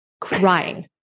crying